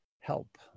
help